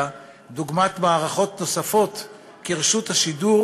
דוגמת מערכות נוספות כרשות השידור